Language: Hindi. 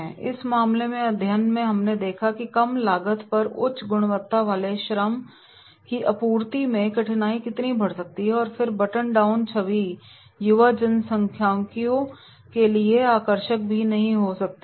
इस मामले के अध्ययन में हमने देखा है कि कम लागत पर उच्च गुणवत्ता वाले श्रम की आपूर्ति में कठिनाई कितनी बढ़ सकती है और फिर बटन डाउन छवि युवा जनसांख्यिकी के लिए आकर्षक नहीं भी हो सकती है